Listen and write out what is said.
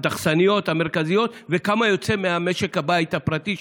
ומהדחסניות המרכזיות וכמה יוצא ממשק הבית הפרטי,